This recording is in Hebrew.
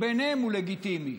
שבעיניהם הוא לגיטימי.